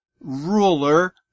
ruler